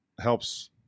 helps